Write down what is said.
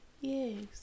Yes